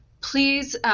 please